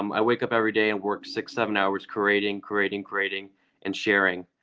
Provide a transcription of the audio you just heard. um i wake up every day and work six, seven hours creating, creating, creating and sharing.